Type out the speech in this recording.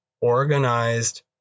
organized